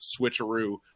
switcheroo